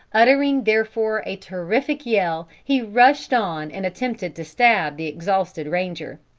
uttering, therefore, a terrific yell, he rushed on and attempted to stab the exhausted ranger.